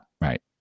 right